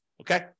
Okay